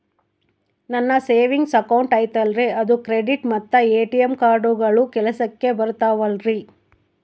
ನನ್ನ savings account ಐತಲ್ರೇ ಅದು ಕ್ರೆಡಿಟ್ ಮತ್ತ ಎ.ಟಿ.ಎಂ ಕಾರ್ಡುಗಳು ಕೆಲಸಕ್ಕೆ ಬರುತ್ತಾವಲ್ರಿ?